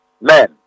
men